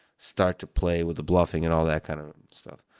start to play with the bluffing and all that kind of stuff.